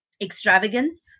extravagance